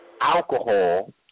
alcohol